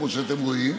רחבות, כמו שאתם רואים,